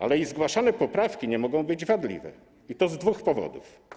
Ale i zgłaszane poprawki nie mogą być wadliwe, i to z dwóch powodów.